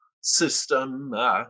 system